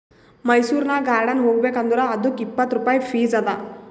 ಮೈಸೂರನಾಗ್ ಗಾರ್ಡನ್ ಹೋಗಬೇಕ್ ಅಂದುರ್ ಅದ್ದುಕ್ ಇಪ್ಪತ್ ರುಪಾಯಿ ಫೀಸ್ ಅದಾ